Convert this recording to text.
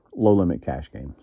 lowlimitcashgames